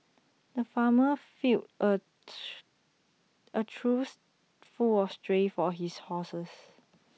the farmer filled A A truth full of tray for his horses